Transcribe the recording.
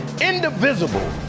indivisible